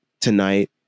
tonight